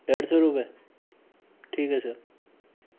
डेढ़ सौ रुपए ठीक है सर